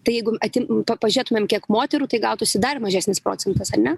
tai jeigu atim pa pažėtumėm kiek moterų tai gautųsi dar mažesnis procentas ane